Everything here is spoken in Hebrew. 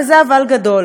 וזה אבל גדול,